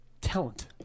Talent